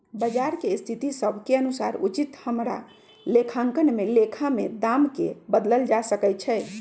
बजार के स्थिति सभ के अनुसार उचित हमरा लेखांकन में लेखा में दाम् के बदलल जा सकइ छै